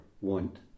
want